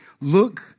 Look